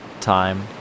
Time